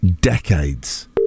decades